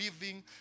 living